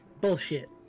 Bullshit